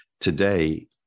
today